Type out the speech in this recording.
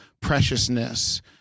preciousness